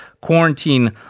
quarantine